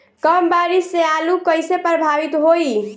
कम बारिस से आलू कइसे प्रभावित होयी?